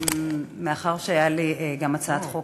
מאחר שהייתה לי גם הצעת חוק,